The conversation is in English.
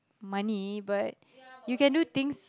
money but you can do things